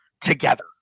together